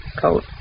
coat